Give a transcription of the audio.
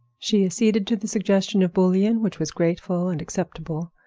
she acceded to the suggestion of bouillon, which was grateful and acceptable.